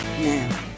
now